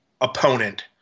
opponent